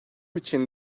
için